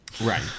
Right